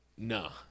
No